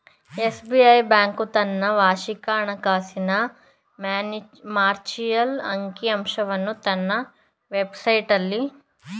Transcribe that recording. SBI bank ತನ್ನ ವಾರ್ಷಿಕ ಹಣಕಾಸಿನ ಮಾರ್ಜಿನಲ್ ಅಂಕಿ ಅಂಶವನ್ನು ತನ್ನ ವೆಬ್ ಸೈಟ್ನಲ್ಲಿ ಬಿಡುಗಡೆಮಾಡಿದೆ